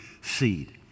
seed